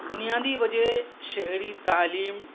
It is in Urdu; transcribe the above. بنیادی وجہ شہری تعلیم